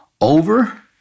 over